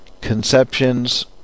conceptions